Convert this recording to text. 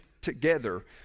together